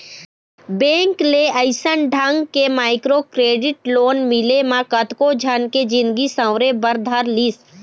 bank ले अइसन ढंग के माइक्रो क्रेडिट लोन मिले म कतको झन के जिनगी सँवरे बर धर लिस